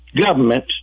Government